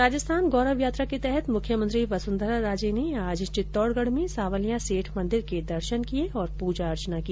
राजस्थान गौरव यात्रा के तहत मुख्यमंत्री वसुंधरा राजे ने आज चित्तौडगढ में सांवलिया सेठ मंदिर के दर्शन किये और पूजा अर्चना की